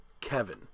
Kevin